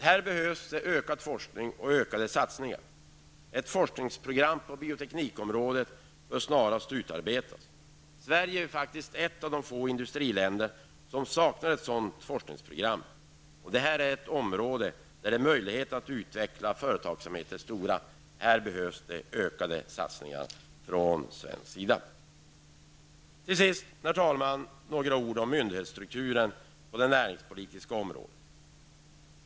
Här behövs ökad forskning och ökade satsningar. Ett forskningsprogram när det gäller bioteknikområdet bör snarast utarbetas. Sverige är faktiskt ett av de få industriländer som saknar ett sådant forskningsprogram. Detta är ett område där möjligheterna att utveckla företagsamheten är goda. Här behövs ökade satsningar från svensk sida. Herr talman! Till sist några ord om myndighetsstrukturen vad gäller det näringspolitiska området.